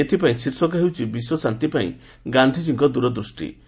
ଏଥିପାଇଁ ଶୀର୍ଷକ ହେଉଛି ବିଶ୍ୱଶାନ୍ତି ପାଇଁ ଗାନ୍ଧିକୀଙ୍କ ଦୂରଦୃଷ୍ଟି